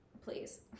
Please